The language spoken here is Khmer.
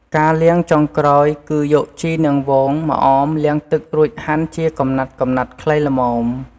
ការលាងចុងក្រោយគឺយកជីរនាងវង ម្អម លាងទឹករួចហាន់វាជាកំណាត់ៗខ្លីល្មម ។